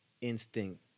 instinct